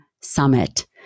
summit